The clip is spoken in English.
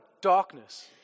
darkness